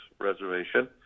Reservation